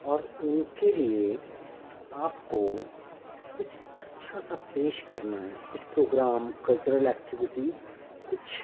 اور ان کے لیے آپ کو کچھ اچھا سا پیش کرنا ہے کچھ پروگرام کلچرل ایکٹیوٹیز کچھ